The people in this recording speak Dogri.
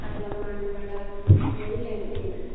साढ़ा मन बडा मोही लैंदे न